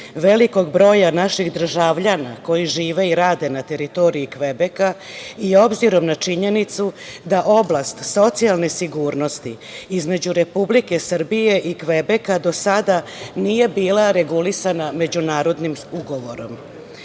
velikog broja naših državljana koji žive i rade na teritoriji Kvebeka i obzirom na činjenicu da oblast socijalne sigurnosti između Republike Srbije i Kvebeka do sada nije bila regulisana međunarodnim ugovorom.